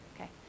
Okay